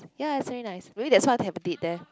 ya it's very nice maybe that's why there